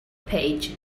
page